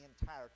entire